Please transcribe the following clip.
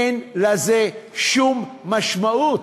אין לזה שום משמעות.